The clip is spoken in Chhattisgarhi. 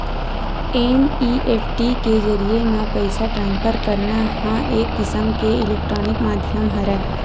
एन.इ.एफ.टी के जरिए म पइसा ट्रांसफर करना ह एक किसम के इलेक्टानिक माधियम हरय